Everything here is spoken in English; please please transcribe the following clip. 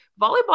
Volleyball